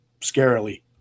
scarily